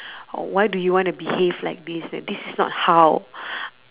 oh why do you want to behave like this this is not how